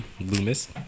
Loomis